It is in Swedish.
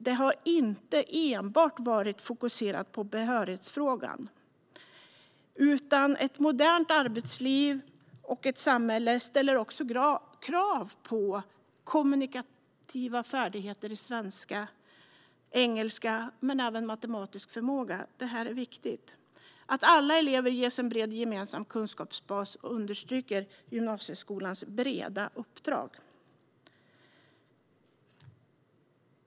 Fokus har inte enbart varit på behörighetsfrågan, utan ett modernt arbetsliv och samhälle ställer också krav på kommunikativa färdigheter i svenska och engelska, men även matematisk förmåga; detta är viktigt. Att alla elever ges en bred gemensam kunskapsbas understryker gymnasieskolans breda uppdrag.